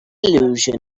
illusion